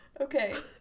Okay